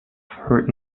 heard